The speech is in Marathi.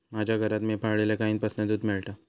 माज्या घरात मी पाळलल्या गाईंपासना दूध मेळता